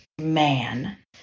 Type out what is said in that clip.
man